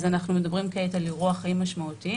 אז אנחנו מדברים כעת על אירוע חיים משמעותי.